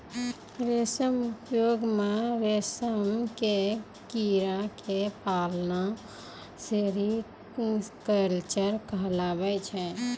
रेशम उद्योग मॅ रेशम के कीड़ा क पालना सेरीकल्चर कहलाबै छै